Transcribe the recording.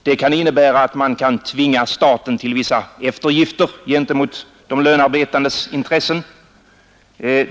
Det kan innebära att man kan tvinga staten till vissa eftergifter gentemot de lönearbetandes intressen.